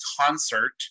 concert